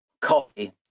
coffee